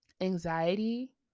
anxiety